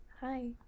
Hi